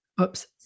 Oops